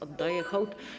Oddaję hołd.